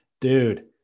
dude